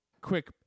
quick